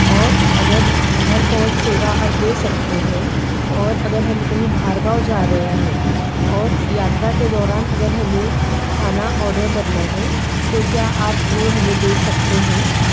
और अगर घर पहुँच सेवा आप दे सकते हैं और अगर हम बाहर गाँव रहे है और हमें खाना ऑर्डर करना है तो क्या आप वो हमें दे सकते हैं